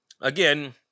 again